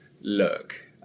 look